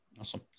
Awesome